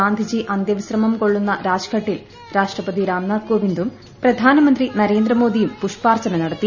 ഗാന്ധിജി അന്ത്യവിശ്രമം കൊള്ളുന്ന രാജ്ഘട്ടിൽ രാഷ്ട്രപതി രാംനാഥ് കോവിന്ദും പ്രധാനമന്ത്രി നരേന്ദ്ര മോദിയും പുഷ്പാർച്ചന നടത്തി